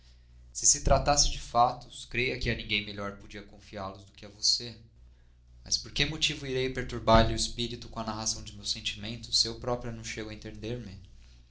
se se tratasse de fatos creia que a ninguém melhor podia confiá los do que a você mas por que motivo irei perturbar lhe o espírito com a narração de meus sentimentos se eu própria não chego a entender me